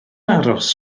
aros